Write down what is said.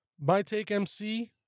mytakemc